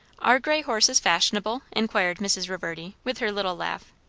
are grey horses fashionable? inquired mrs. reverdy, with her little laugh.